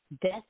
death